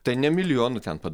tai ne milijonų ten pad